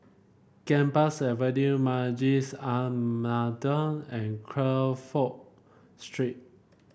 Gambas Avenue Masjid An Nahdhah and Crawford Street